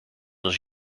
als